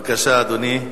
בבקשה, אדוני,